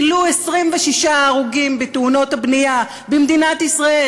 כי לו 26 ההרוגים בתאונות הבנייה במדינת ישראל,